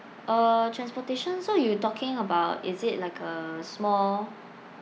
uh transportation so you talking about is it like a small